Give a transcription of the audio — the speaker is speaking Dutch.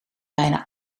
bijna